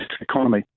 economy